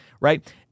right